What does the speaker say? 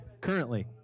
currently